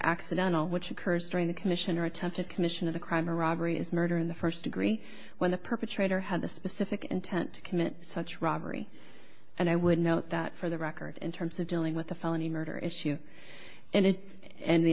accidental which occurs during the commission or attempted commission of a crime or a robbery is murder in the first degree when the perpetrator had the specific intent to commit such robbery and i would note that for the record in terms of dealing with a felony murder issue and it and the